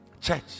church